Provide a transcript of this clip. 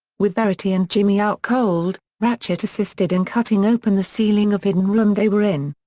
with verity and jimmy out cold, ratchet assisted in cutting open the ceiling of hidden room they were in.